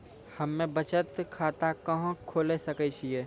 हम्मे बचत खाता कहां खोले सकै छियै?